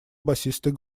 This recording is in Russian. басистый